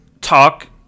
talk